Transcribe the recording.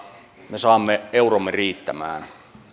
me saamme euromme riittämään